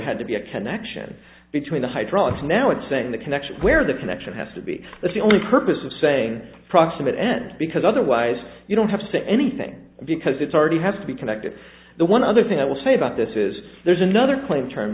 had to be a connection between the hydraulics now and saying the connection where the connection has to be that the only purpose of saying proximate end because otherwise you don't have to say anything because it's already has to be connected the one other thing i will say about this is there's another claim term